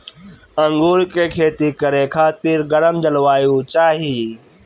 अंगूर के खेती करे खातिर गरम जलवायु चाही